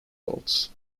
boats